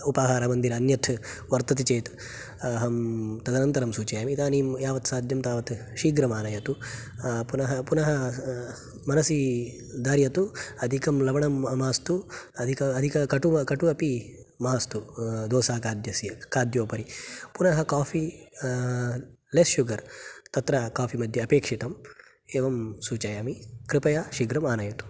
उपहारमन्दिर अन्यत् वर्तते चेत् अहं तदनन्तरं सूचयामि इदानीं यावत् साध्यं तावत् शीघ्रमानयतु पुनः पुनः मनसि धार्यतु अधिकं लवणं मास्तु अधिक अधिककटु कटु अपि मास्तु दोसा काद्यस्य खाद्योपरि पुनः काफ़ि लेस् शुगर् तत्र काफ़ि मध्ये अपेक्षितम् एवं सूचयामि कृपया शीघ्रमानयतु